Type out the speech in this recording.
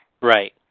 Right